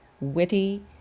witty